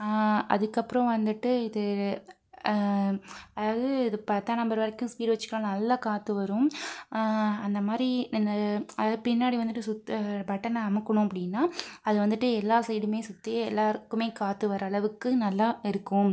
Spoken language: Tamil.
அதுக்கப்புறம் வந்துட்டு இது அதாவது இது பத்தாம் நம்பர் வரைக்கும் ஸ்பீடு வச்சிக்கலாம் நல்லா காற்று வரும் அந்தமாதிரி என்ன அதாவது பின்னாடி வந்துட்டு சுத்த பட்டனை அமுக்கினோம் அப்படினா அது வந்துட்டு எல்லா சைடுமே சுற்றி எல்லாருக்குமே காற்று வர அளவுக்கு நல்லா இருக்கும்